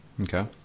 Okay